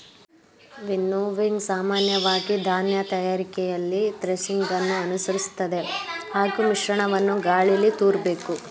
winnowing ಸಾಮಾನ್ಯವಾಗಿ ಧಾನ್ಯ ತಯಾರಿಕೆಯಲ್ಲಿ ಥ್ರೆಸಿಂಗನ್ನು ಅನುಸರಿಸ್ತದೆ ಹಾಗೂ ಮಿಶ್ರಣವನ್ನು ಗಾಳೀಲಿ ತೂರ್ಬೇಕು